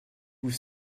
vous